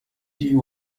die